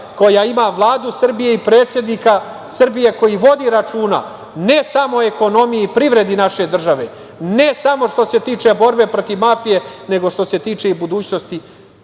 koja ima Vladu Srbije i predsednika Srbije koji vodi računa ne samo o ekonomiji i privredi naše države, ne samo što se tiče borbe protiv mafije, nego što se tiče i budućnosti